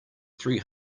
three